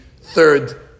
third